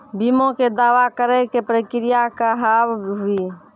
बीमा के दावा करे के प्रक्रिया का हाव हई?